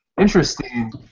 interesting